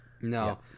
No